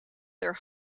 their